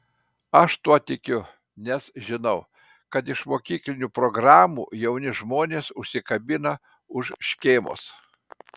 aš tuo tikiu nes žinau kad iš mokyklinių programų jauni žmonės užsikabina už škėmos